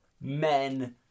men